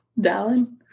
Dallin